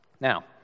Now